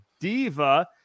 Diva